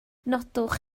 nodwch